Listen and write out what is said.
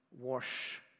wash